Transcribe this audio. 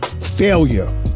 Failure